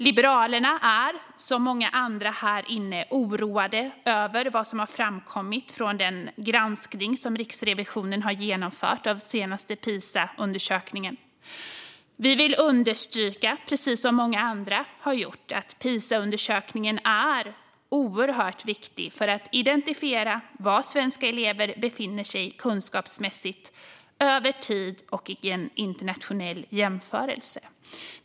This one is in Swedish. Liberalerna är, som många andra här i kammaren, oroade över vad som har framkommit i den granskning som Riksrevisionen har genomfört när det gäller den senaste Pisaundersökningen. Vi vill understryka, precis som många andra har gjort, att Pisaundersökningen är oerhört viktig för att identifiera var svenska elever befinner sig kunskapsmässigt över tid och i en internationell jämförelse.